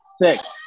Six